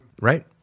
right